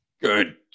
Good